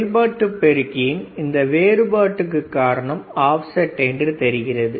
செயல்பாட்டு பெருக்கியின் இந்த வேறுபாட்டுக்கு காரணம் ஆப்செட் என்று தெரிகிறது